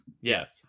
yes